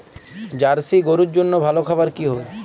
Jersey গরুর জন্য ভালো খাবার কি হবে?